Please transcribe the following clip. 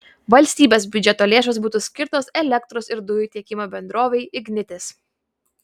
valstybės biudžeto lėšos būtų skirtos elektros ir dujų tiekimo bendrovei ignitis